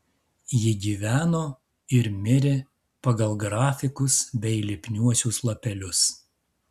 ji gyveno ir mirė pagal grafikus bei lipniuosius lapelius